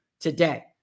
today